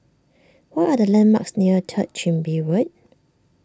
what are the landmarks near Third Chin Bee Road